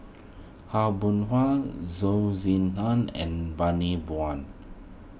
Aw Boon Haw Zhou Ying Nan and Bani Buang